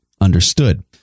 understood